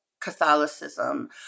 Catholicism